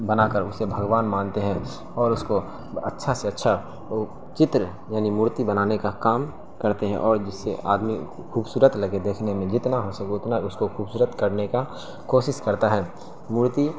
بنا کر اسے بھگوان مانتے ہیں اور اس کو اچھا سے اچھا چتر یعنی مورتی بنانے کا کام کرتے ہیں اور جس سے آدمی خوبصورت لگے دیکھنے میں جتنا ہو سکے اتنا اس کو خوبصورت کرنے کا کوسس کرتا ہے مورتی